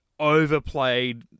overplayed